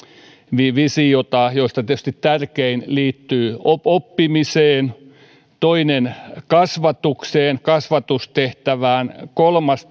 visiota joista tärkein tietysti liittyy oppimiseen toinen kasvatukseen kasvatustehtävään kolmas